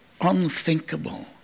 unthinkable